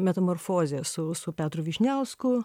metamorfozė su su petru vyšniausku